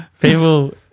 people